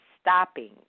stopping